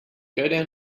down